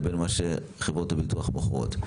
לבין מה שחברות הביטוח מוכרות.